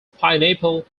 pineapple